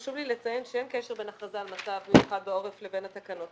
חשוב לי לציין שאין קשר בין הכרזה על מצב מיוחד בעורף לבין התקנות.